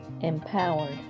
empowered